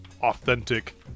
authentic